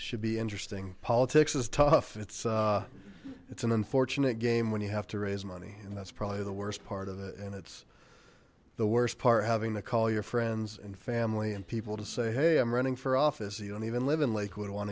should be interesting politics is tough it's it's an unfortunate game when you have to raise money and that's probably the worst part of it and it's the worst part having to call your friends and family and people to say hey i'm running for office you don't even live in lakewood want